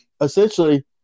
essentially